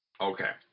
Okay